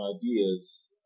ideas